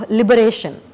liberation